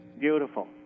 Beautiful